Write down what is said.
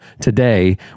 today